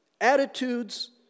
attitudes